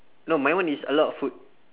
no my one is a lot of food